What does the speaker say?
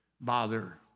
bother